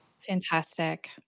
Fantastic